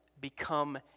become